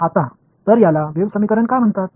आता तर याला वेव्ह समीकरण का म्हणतात